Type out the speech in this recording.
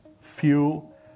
fuel